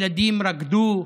ילדים רקדו,